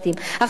עכשיו,